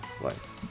life